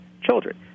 children